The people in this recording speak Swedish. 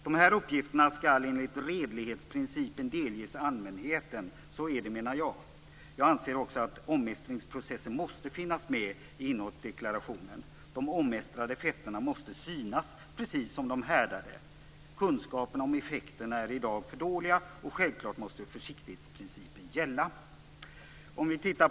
Dessa uppgifter skall enligt redlighetsprincipen delges allmänheten. Så är det, menar jag. Jag anser också att omestringsprocessen måste finnas med i innehållsdeklarationen. De omestrade fetterna måste synas, precis som de härdade. Kunskaperna om effekterna är i dag för dåliga och självfallet måste försiktighetsprincipen gälla.